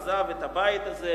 עזב את הבית הזה,